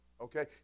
okay